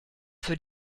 für